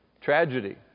Tragedy